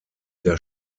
der